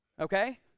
Okay